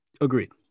Agreed